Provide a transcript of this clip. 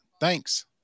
Thanks